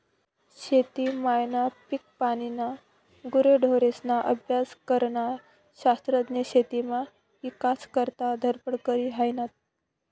शेती मायना, पिकपानीना, गुरेढोरेस्ना अभ्यास करनारा शास्त्रज्ञ शेतीना ईकास करता धडपड करी हायनात